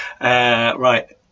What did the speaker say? right